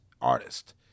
artist